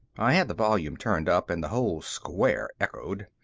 i had the volume turned up and the whole square echoed.